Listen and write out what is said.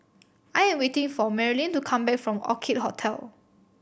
I am waiting for Marylyn to come back from Orchid Hotel